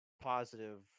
positive